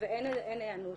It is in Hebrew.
ואין היענות.